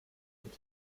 that